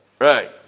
Right